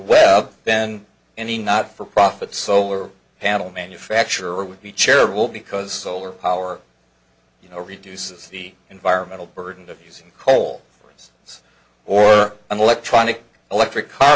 then any not for profit solar panel manufacturer would be charitable because solar power you know reduces the environmental burden of using coal for instance or an electronic electric car